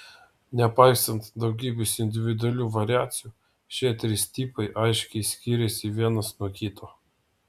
nepaisant daugybės individualių variacijų šie trys tipai aiškiai skiriasi vienas nuo kito